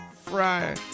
fry